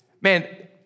man